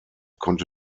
konnte